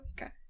okay